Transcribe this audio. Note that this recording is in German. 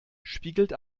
spiegelt